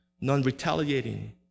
non-retaliating